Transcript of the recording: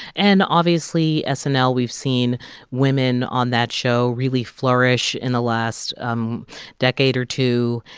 and obviously, snl, we've seen women on that show really flourish in the last um decade or two.